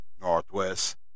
Northwest